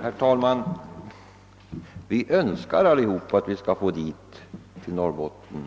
Herr talman! Vi önskar alla att få företag till Norrbotten.